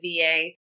VA